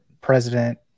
president